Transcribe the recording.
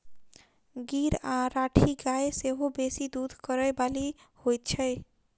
गीर आ राठी गाय सेहो बेसी दूध करय बाली होइत छै